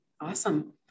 Awesome